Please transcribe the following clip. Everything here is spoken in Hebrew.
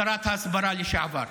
שרת ההסברה לשעבר?